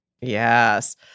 Yes